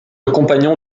compagnon